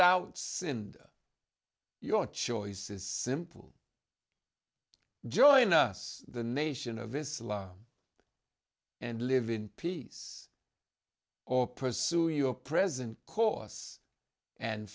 out your choices simple join us the nation of islam and live in peace or pursue your present course and